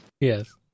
Yes